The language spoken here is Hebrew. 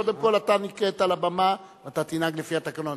קודם כול, אתה נקראת לבמה, ואתה תנהג לפי התקנון.